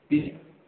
இ